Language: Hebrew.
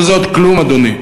אבל זה עוד כלום, אדוני.